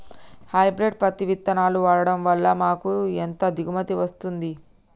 Hybrid పత్తి విత్తనాలు వాడడం వలన మాకు ఎంత దిగుమతి వస్తుంది?